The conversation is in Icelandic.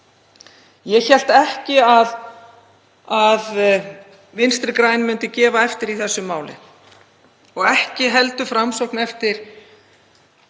Ég hélt ekki að Vinstri græn myndu gefa eftir í þessu máli og ekki heldur Framsókn eftir